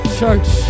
church